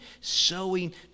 sowing